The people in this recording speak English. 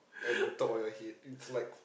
at the top of your head it's like